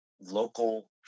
local